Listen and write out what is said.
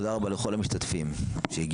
תודה רבה לכל המשתתפים שהגיעו,